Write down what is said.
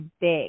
big